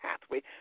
pathway